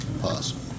possible